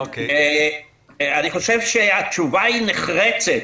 אני חושב שהתשובה נחרצת: